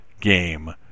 game